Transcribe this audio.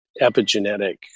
epigenetic